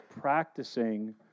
practicing